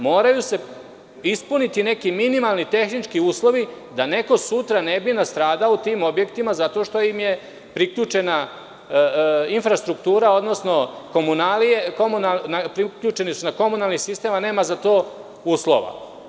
Moraju se ispuniti neki minimalni tehnički uslovi, da neko sutra ne bi nastradao u tim objektima zato što im je priključena infrastruktura, odnosno uključeni su na komunalni sistem, a nema za to uslova.